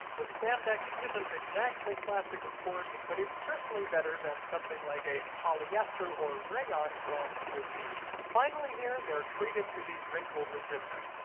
the spandex isn't exactly classic, of course, but it's certainly better than something like a polyester or rayon blend would be. finally here, they're treated to be wrinkle resistant.